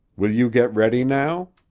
will you get ready now?